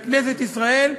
לכנסת ישראל,